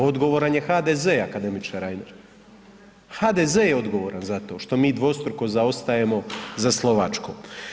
Odgovaran je HDZ akademiče Reiner, HDZ je odgovoran zato što mi dvostruko zaostajemo za Slovačkom.